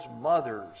mothers